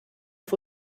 auf